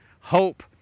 hope